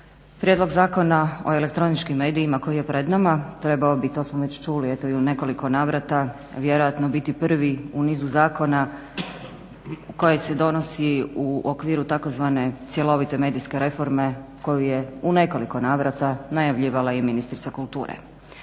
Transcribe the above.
Prijedlog zakona o elektroničkim medijima koji je pred nama trebao bi to smo već čuli eto i u nekoliko navrata vjerojatno biti prvi u nizu zakona koji se donosi u okviru tzv. cjelovite medijske reforme koju je u nekoliko navrata najavljivala i ministrica kulture.